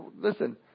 listen